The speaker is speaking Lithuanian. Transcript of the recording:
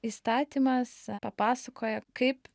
įstatymas papasakoja kaip